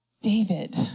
David